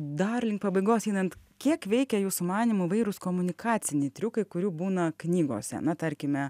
dar link pabaigos einant kiek veikia jūsų manymu įvairūs komunikaciniai triukai kurių būna knygose na tarkime